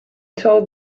told